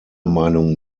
meinung